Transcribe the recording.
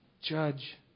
judge